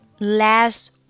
Last